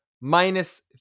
minus